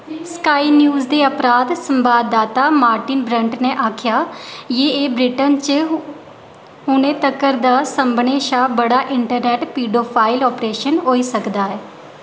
sky News दे अपराध सवाददाता मार्टिन ब्रंट ने आखेआ जे एह् ब्रिटन च हुनै तक्कर दा सभनें शा बड्डा इंटरनेट पीडोफाइल आपरेशन होई सकदा ऐ